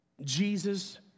Jesus